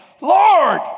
Lord